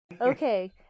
Okay